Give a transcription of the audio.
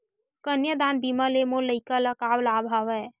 कन्यादान बीमा ले मोर लइका ल का लाभ हवय?